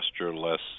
less